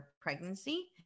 pregnancy